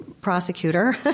prosecutor